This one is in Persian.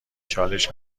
چالش